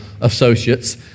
associates